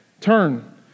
turn